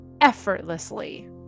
effortlessly